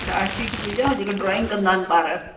chart sheet बि विझाव जेके ड्रॉईंग कंदा आहिनि ॿार